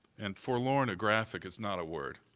and forlornographic is not a word.